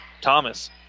Thomas